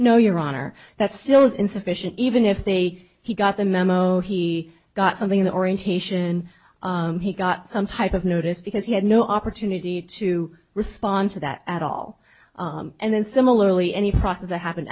no your honor that still is insufficient even if they he got the memo he got something in the orientation he got some type of notice because he had no opportunity to respond to that at all and then similarly any process the happen